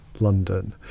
london